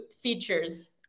features